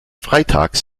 freitags